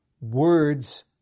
words